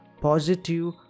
positive